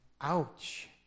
Ouch